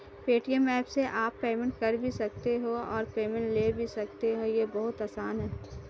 Paytm app से आप payment कर भी सकते हो और पेमेंट ले भी सकते हो, ये बहुत आसान है